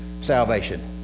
salvation